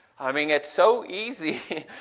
i mean it's so easy,